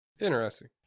Interesting